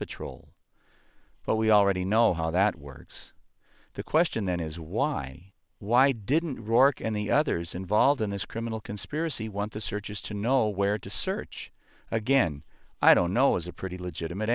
patrol but we already know how that works the question then is why why didn't rourke and the others involved in this criminal conspiracy want the searches to know where to search again i don't know is a pretty legitimate